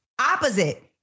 opposite